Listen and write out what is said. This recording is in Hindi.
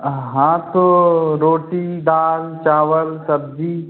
हाँ तो रोटी दाल चावल सब्जी